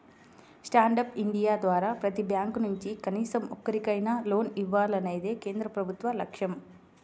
stand up India ద్వారా ప్రతి bank నుంచి కనీసం ఒక్కరికైనా లోన్ ఇవ్వాలన్నదే కేంద్ర ప్రభుత్వ లక్ష్యం